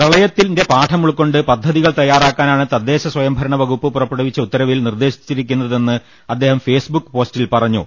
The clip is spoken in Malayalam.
പ്രള യത്തിന്റെ പാഠമുൾക്കൊണ്ട് പദ്ധതികൾ തയ്യാറാക്കാ നാണ് തദ്ദേശ സ്ഥയംഭരണ വകുപ്പ് പുറപ്പെടുവിച്ച ഉത്ത രവിൽ നിർദ്ദേശിച്ചിരിക്കുന്നതെന്ന് അദ്ദേഹം ഫേസ്ബുക് പോസ്റ്റിൽ പറഞ്ഞു